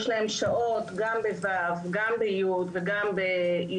יש להם שעות גם בכיתה ו', גם בכיתה י' וגם בי"ב.